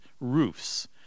Roofs